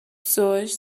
pessoas